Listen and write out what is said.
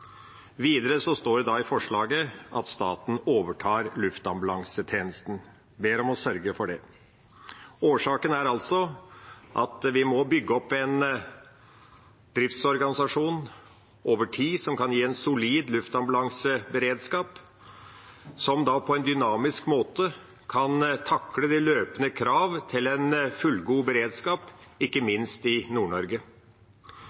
Videre står det i forslaget at vi ber regjeringen om å sørge for at staten overtar luftambulansetjenesten. Årsaken er at vi må bygge opp en driftsorganisasjon over tid som kan gi en solid luftambulanseberedskap som på en dynamisk måte kan takle de løpende kravene til en fullgod beredskap, ikke